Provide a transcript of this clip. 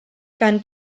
gan